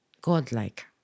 godlike